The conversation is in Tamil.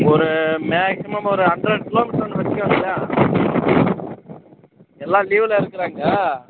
ஒரு மேக்ஸிமம் ஒரு ஹண்ட்ரட் கிலோ மீட்டர் வரைக்கும் எல்லாம் லீவில் இருக்கிறாங்க